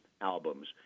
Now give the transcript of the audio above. albums